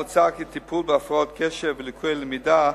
כך מוצע כי טיפול בהפרעות קשב וליקויי למידה,